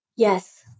Yes